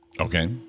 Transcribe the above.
Okay